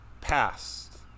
past